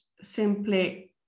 simply